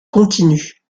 continue